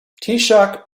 taoiseach